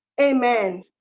Amen